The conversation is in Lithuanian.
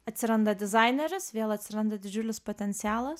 atsiranda dizaineris vėl atsiranda didžiulis potencialas